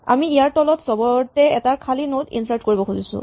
আমি ইয়াৰ তলত চবতে এটা খালী নড ইনচাৰ্ট কৰিব খুজিছোঁ